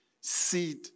Seed